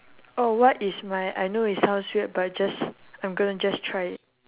oh what is my I know it sounds weird but just I'm gonna just try it